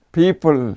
people